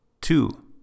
Two